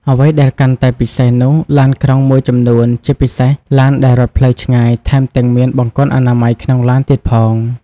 អ្វីដែលកាន់តែពិសេសនោះ ឡានក្រុងមួយចំនួន ជាពិសេសឡានដែលរត់ផ្លូវឆ្ងាយ ថែមទាំងមាន បង្គន់អនាម័យក្នុងឡាន ទៀតផង។